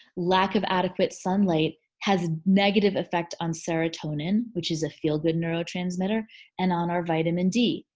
lack of adequate sunlight has negative effect on serotonin which is a feel good neurotransmitter and on our vitamin d.